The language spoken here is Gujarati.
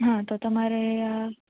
હા તો તમારે આ